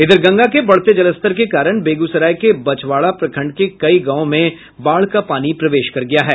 इधर गंगा के बढ़ते जलस्तर के कारण बेगूसराय के बछवाड़ा प्रखंड के कई गांवों में बाढ़ का पानी प्रवेश कर गया है